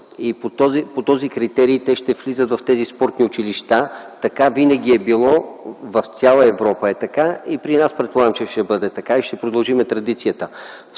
и по този критерий те ще влизат в спортните училища. Така е било винаги, в цяла Европа е така и при нас предполагам, че ще бъде така и ще продължим традицията.